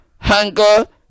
hunger